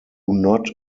not